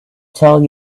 tell